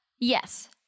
yes